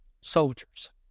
Soldiers